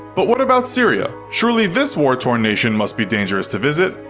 but what about syria? surely this war-torn nation must be dangerous to visit?